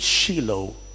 Shiloh